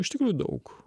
iš tikrųjų daug